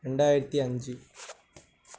ரெண்டாயிரத்தி அஞ்சு